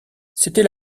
c’était